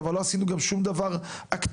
אבל לא עשינו גם שום דבר אקטיבי,